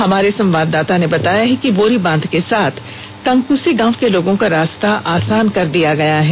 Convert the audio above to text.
हमारे संवाददाता ने बताया कि बोरीबांध के साथ कंकुसी गांव के लोगों का रास्ता आसान कर दिया गया है